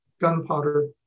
gunpowder